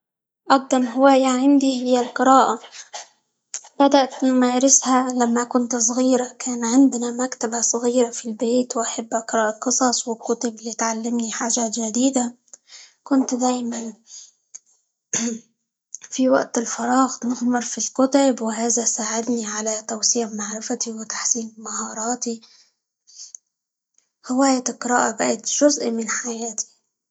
أقدم هواية عندي هي القراءة، بدأت نمارسها لما كنت صغيرة، كان عندنا مكتبة صغيرة في البيت، وأحب اقرأ قصص، وكتب اللي تعلمني حاجة جديدة، كنت ديمًا في وقت الفراغ نغمر في الكتب، وهذا ساعدني على توسيع معرفتى، وتحسين مهاراتى، هواية القراءة بئت جزء من حياتي.